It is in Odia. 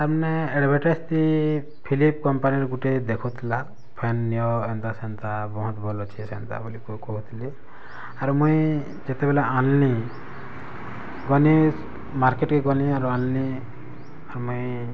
ତାର୍ ମାନେ ଏଡ଼ଭାଟାଇଜ୍ ଦି ଫିଲିପି କମ୍ପାନୀର ଗୁଟେ ଦେଖୁଥିଲା ଫ୍ୟାନ୍ ନିଅ ଏନ୍ତା ସେନ୍ତା ବହୁତ ଭଲ୍ ଅଛି ସେନ୍ତା ବୋଲି କହୁଥିଲେ ଆର୍ ମୁଇଁ ଯେତେବେଲେ ଆଣଲି ଗନି ମାର୍କେଟେ ଗଲି ଆର୍ ଆଣଲି ଆର୍ ମୁଇଁ